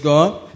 God